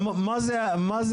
מה זה